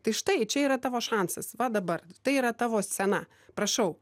tai štai čia yra tavo šansas va dabar tai yra tavo scena prašau